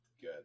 Good